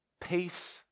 peace